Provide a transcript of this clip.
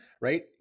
right